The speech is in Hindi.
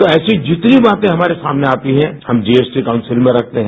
तो ऐसी जितनी बातें हमारे सामने आती हैं हम जीएसटी काउंसिल में रखते हैं